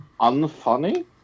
unfunny